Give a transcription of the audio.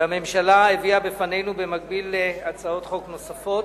שהממשלה הביאה בפנינו במקביל להצעות חוק נוספות.